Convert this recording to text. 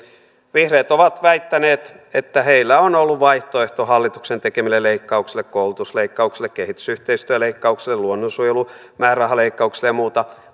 vihreät ovat väittäneet että heillä on ollut vaihtoehto hallituksen tekemille leikkauksille koulutusleikkauksille kehitysyhteistyöleikkauksille luonnonsuojelumäärärahaleikkauksille ja muuta